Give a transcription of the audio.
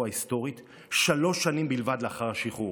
ההיסטורית שלוש שנים בלבד לאחר השחרור.